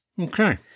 okay